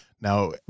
Now